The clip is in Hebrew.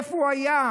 איפה הוא היה?